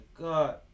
God